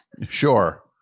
Sure